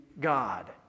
God